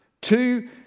two